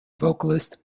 vocalist